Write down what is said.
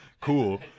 cool